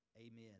Amen